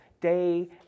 day